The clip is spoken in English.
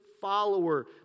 follower